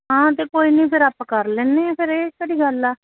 ਹਾਂ ਅਤੇ ਕੋਈ ਨਹੀਂ ਫਿਰ ਆਪਾਂ ਕਰ ਲੈਂਦੇ ਹਾਂ ਫਿਰ ਇਹ ਕਿਹੜੀ ਗੱਲ ਆ